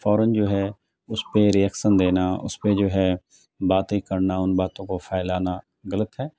فوراً جو ہے اس پہ رئکشن دینا اس پہ جو ہے باتیں کرنا ان باتوں کو پھیلانا غلط ہے